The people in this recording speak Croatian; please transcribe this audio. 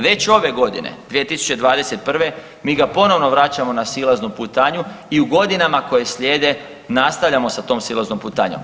Već ove godine 2021. mi ga ponovno vraćamo na silaznu putanju i u godinama koje slijede nastavljamo sa tom silaznom putanjom.